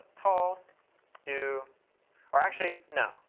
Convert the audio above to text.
ah tall do or actually, no.